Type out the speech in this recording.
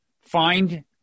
find